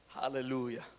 Hallelujah